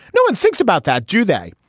no one thinks about that, do they?